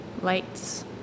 lights